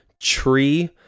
tree